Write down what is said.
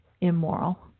immoral